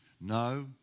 No